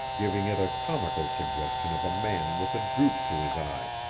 giving it a comical suggestion of a man with a droop to his eye.